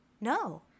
No